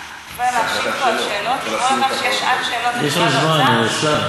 ולהשיב פה על שאלות ולגרום לכך שתהיה שעת שאלות למשרד האוצר,